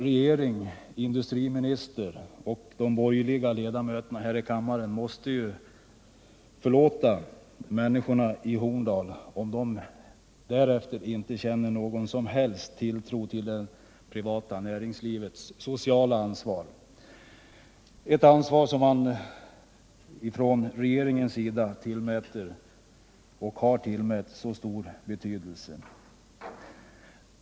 Regeringen, industriministern och de borgerliga ledamöterna här i kammaren må förlåta människorna i Horndal om de därefter inte känner någon som helst tilltro till det privata näringslivets sociala ansvar, ett ansvar som man från regeringens sida tillmäter och har tillmätt så stor betydelse.